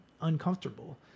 uncomfortable